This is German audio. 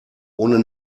ohne